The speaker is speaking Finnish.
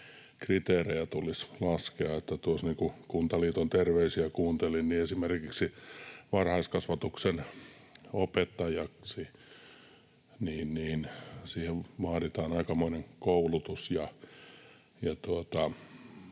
kriteerejä tulisi laskea. Kun Kuntaliiton terveisiä kuuntelin, niin esimerkiksi varhaiskasvatuksen opettajaksi vaaditaan aikamoinen koulutus,